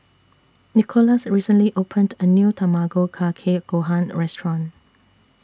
Nicolas recently opened A New Tamago Kake Gohan Restaurant